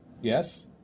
Yes